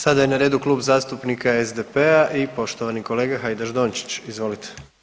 Sada je na redu Klub zastupnika SDP-a i poštovani kolega Hajdaš Dončić, izvolite.